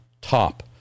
top